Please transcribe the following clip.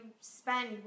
spend